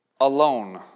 alone